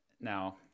now